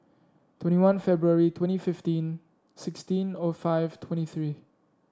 twenty one February twenty fifteen sixteen O five twenty three